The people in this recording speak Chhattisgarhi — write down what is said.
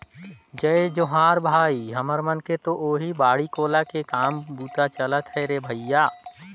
जय जोहार भाई, हमर मन के तो ओहीं बाड़ी कोला के काम बूता चलत हे रे भइया